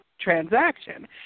transaction